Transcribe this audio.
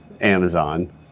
Amazon